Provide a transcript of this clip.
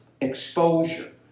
exposure